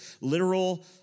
literal